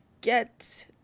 get